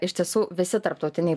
iš tiesų visi tarptautiniai